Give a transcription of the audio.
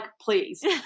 please